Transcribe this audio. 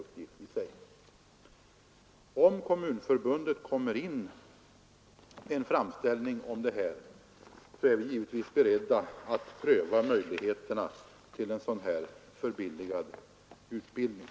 Om Kommunförbundet ger in en framställning härom är vi givetvis beredda att pröva möjligheterna till en sådan förbilligad utbildning.